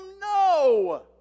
No